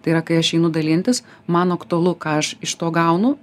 tai yra kai aš einu dalintis man aktualu ką aš iš to gaunu